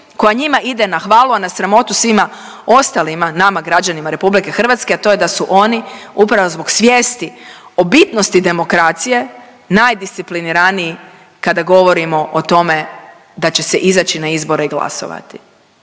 koja njima ide na hvalu, a na sramotu svima ostalima nama građanima Republike Hrvatske, a to je da su oni upravo zbog svijesti o bitnosti demokracije najdiscipliniraniji kada govorimo o tome da će se izaći na izbore i glasovati.